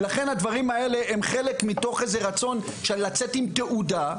ולכן הדברים האלה הם חלק מתוך איזה רצון של לצאת עם תעודה.